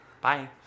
bye